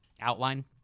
outline